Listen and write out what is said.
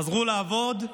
חזרו לעבוד,